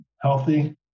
healthy